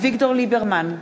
אביגדור ליברמן,